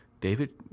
David